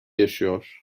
yaşıyor